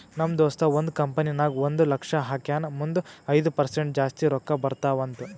ನಮ್ ದೋಸ್ತ ಒಂದ್ ಕಂಪನಿ ನಾಗ್ ಒಂದ್ ಲಕ್ಷ ಹಾಕ್ಯಾನ್ ಮುಂದ್ ಐಯ್ದ ಪರ್ಸೆಂಟ್ ಜಾಸ್ತಿ ರೊಕ್ಕಾ ಬರ್ತಾವ ಅಂತ್